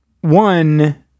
one